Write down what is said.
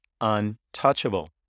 untouchable